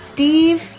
Steve